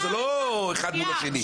זה לא האחד מול השני,